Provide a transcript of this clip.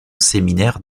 séminaire